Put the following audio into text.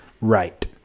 Right